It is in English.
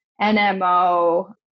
NMO